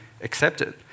accepted